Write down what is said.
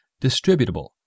Distributable